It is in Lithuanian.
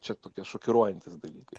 čia tokie šokiruojantys dalykai